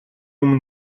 өмнө